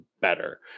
better